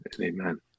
Amen